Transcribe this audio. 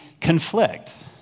conflict